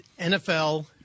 NFL